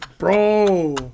Bro